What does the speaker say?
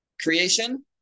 creation